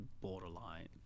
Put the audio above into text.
borderline